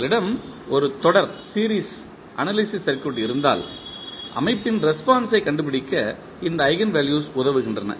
உங்களிடம் ஒரு தொடர் அனாலிசிஸ் சர்க்யூட் இருந்தால் அமைப்பின் ரெஸ்பான்ஸ் ஐத் கண்டுபிடிக்க இந்த ஈஜென்வெல்யூஸ் உதவுகின்றன